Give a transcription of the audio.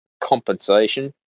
compensation